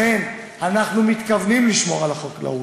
לכן, אנחנו מתכוונים לשמור על החקלאות,